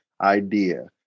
idea